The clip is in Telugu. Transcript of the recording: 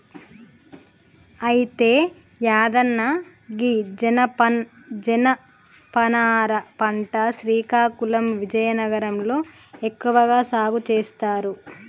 అయితే యాదన్న గీ జనపనార పంట శ్రీకాకుళం విజయనగరం లో ఎక్కువగా సాగు సేస్తారు